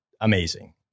amazing